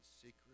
secret